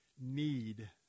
need